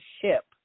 ship